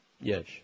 Yes